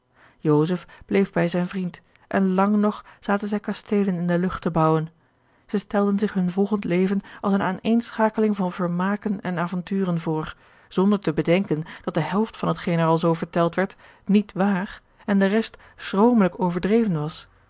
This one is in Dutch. bleef bij zijn vriend en lang nog zaten zij kasteelen in de lucht te bouwen zij stelden zich hun volgend leven als eene aaneenschakeling van vermaken en avonturen voor zonder te bedenken dat de helft van hetgeen er alzoo verteld werd niet waar en de rest schromelijk overdreven was